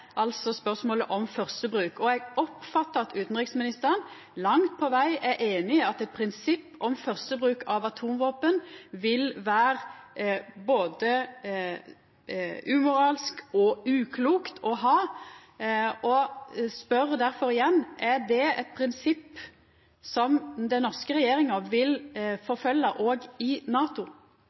om fyrstegongsbruk. Eg oppfattar at utanriksministeren langt på veg er einig i at eit prinsipp om fyrstegongsbruk av atomvåpen vil vera både umoralsk og uklokt å ha, og eg spør derfor igjen: Er det eit prinsipp som den norske regjeringa vil forfølgja, òg i NATO?